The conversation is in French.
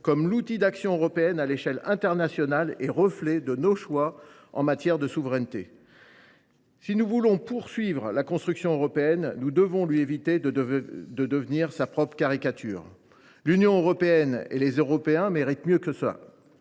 comme outils d’action européenne à l’échelle internationale et reflets de nos choix en matière de souveraineté. Si nous voulons poursuivre la construction européenne, nous devons lui éviter de devenir sa propre caricature. L’Union européenne et les Européens méritent mieux que cela.